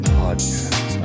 podcast